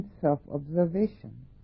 self-observation